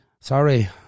Sorry